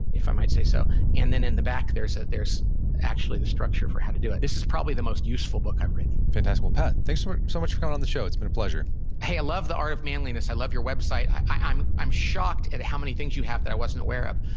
if i might say so. and then in the back, there's ah there's actually the structure for how to do it. this is probably the most useful book i've written fantastic. well, pat, thanks so much for coming on the show. it's been a pleasure hey, i love the art of manliness. i love your web site. i'm i'm shocked at how many things you have that i wasn't aware of.